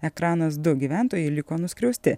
ekranas du gyventojai liko nuskriausti